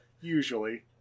usually